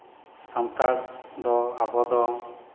ᱥᱟᱱᱛᱟᱲ ᱫᱚ ᱟᱵᱚ ᱫᱚ